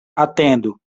atendu